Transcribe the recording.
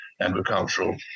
agricultural